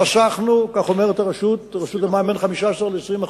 חסכנו, כך אומרת רשות המים, בין 15% ל-20%.